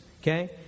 Okay